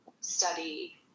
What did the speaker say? study